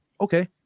okay